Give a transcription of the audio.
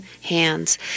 hands